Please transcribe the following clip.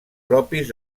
propis